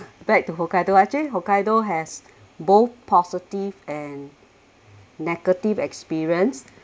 back to hokkaido actually hokkaido has both positive and negative experience